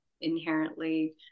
inherently